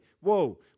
whoa